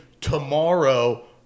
tomorrow